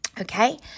Okay